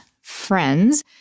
FRIENDS